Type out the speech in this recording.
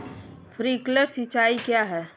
Sprinkler सिंचाई क्या है?